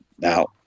now